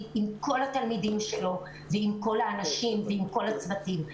עם כל התלמידים שלו ועם כל האנשים ועם כל הצוותים.